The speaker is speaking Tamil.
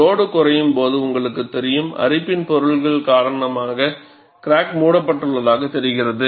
லோடு குறையும் போது உங்களுக்குத் தெரியும் அரிப்பின் பொருட்கள் காரணமாக கிராக் மூடப்பட்டதாகத் தெரிகிறது